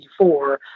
1984